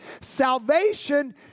Salvation